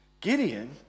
Gideon